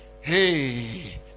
Hey